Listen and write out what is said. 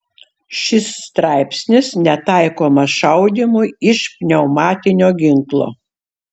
šis straipsnis netaikomas šaudymui iš pneumatinio ginklo